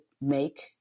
make